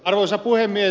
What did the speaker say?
arvoisa puhemies